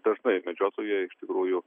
dažnai medžiotojai iš tikrųjų